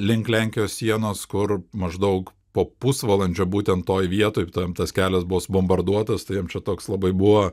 link lenkijos sienos kur maždaug po pusvalandžio būtent toj vietoj tas kelias buvo subombarduotas tai jiem čia toks labai buvo